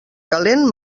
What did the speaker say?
calent